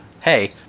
hey